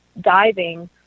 diving